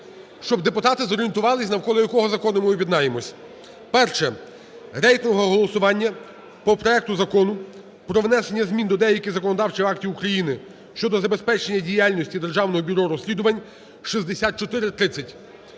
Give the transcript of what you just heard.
щоб депутати зорієнтувалися, навколо якого закону ми об'єднаємося. Перше, рейтингове голосування по проекту Закону про внесення змін до деяких законодавчих актів України щодо забезпечення діяльності Державного бюро розслідувань (6430).